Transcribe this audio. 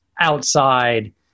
outside